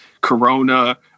corona